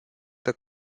the